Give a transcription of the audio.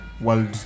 world